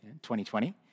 2020